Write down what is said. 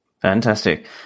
Fantastic